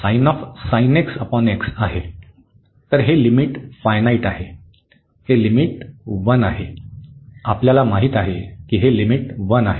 तर हे limit finite आहे हे लिमिट 1 आहे आपल्याला माहित आहे की हे लिमिट 1 आहे